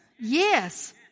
yes